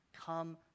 Come